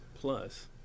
plus